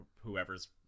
whoever's